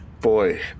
boy